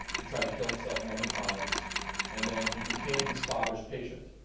he tried to kill himself many times and then he became his father's patient.